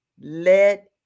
let